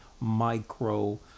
micro